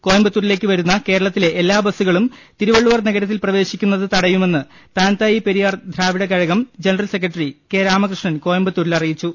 കോയ മ്പത്തൂരിലേക്ക് വരുന്ന കേരളത്തിലെ എല്ലാ ബസ്സുകളും തിരുവ ള്ളുവർ നഗരത്തിൽ പ്രവേശിക്കുന്നത് തടയുമെന്ന് താൻതായി പെരിയാർ ദ്രാവിഡക്കഴകം ജനറൽസെക്രട്ടറി കെ രാമകൃഷ്ണൻ കോയമ്പത്തൂരിൽ അറിയിച്ചു